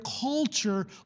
culture